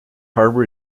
harbour